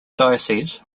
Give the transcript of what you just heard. diocese